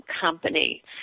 Company